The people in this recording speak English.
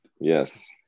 yes